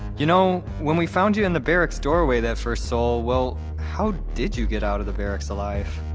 you know, when we found you in the barracks doorway that first sol, well. how did you get out of the barracks alive?